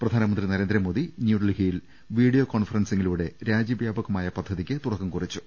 പ്രധാനമന്ത്രി നരേന്ദ്രമോദി ന്യൂഡൽഹിയിൽ വീഡിയോ കോൺഫ്രൻസിംഗി ലൂടെ രാജ്യവ്യാപകമായ പദ്ധതിക്ക് തുടക്കം കുറിച്ചു